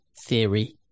theory